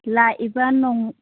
ꯂꯥꯛꯏꯕ ꯅꯣꯡ